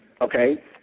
okay